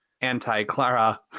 anti-clara